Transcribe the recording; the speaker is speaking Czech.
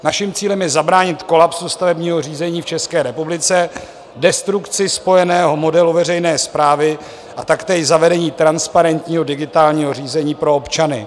Našim cílem je zabránit kolapsu stavebního řízení v České republice, destrukci spojeného modelu veřejné správy a taktéž zavedení transparentního digitálního řízení pro občany.